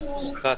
כץ.